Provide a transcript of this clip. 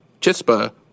Chispa